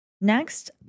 Next